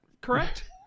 correct